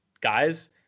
guys